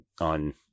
on